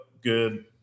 good